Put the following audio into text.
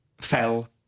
fell